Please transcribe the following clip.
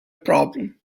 problem